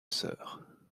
sœur